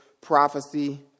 prophecy